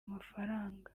amafaranga